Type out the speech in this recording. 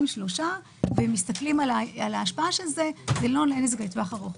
שלושה ומסתכלים על ההשפעה של זה ולא על נזק לטווח ארוך.